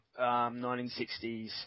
1960s